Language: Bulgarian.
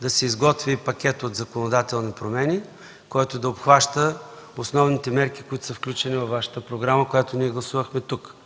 да се изготви пакет от законодателни промени, който да обхваща основните мерки, включени във Вашата програма, която ние гласувахме тук.